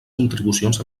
contribucions